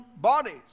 bodies